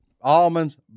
Almonds